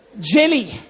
jelly